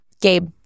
Gabe